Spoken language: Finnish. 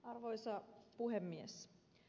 arvoisa puhemies